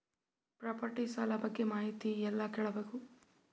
Property ಸಾಲ ಬಗ್ಗೆ ಮಾಹಿತಿ ಎಲ್ಲ ಕೇಳಬಹುದು?